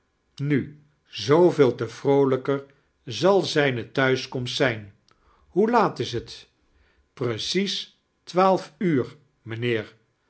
nu zooveel te vroomjker zal zijne thuiskomst zijn hoe laat is t enecies twaalf uur mijnheer